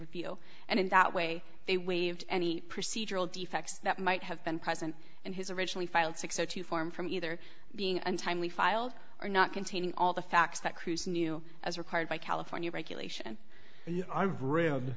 review and in that way they waived any procedural defects that might have been present in his originally filed six o two form from either being untimely filed or not containing all the facts that cruise knew as required by california regulation i've read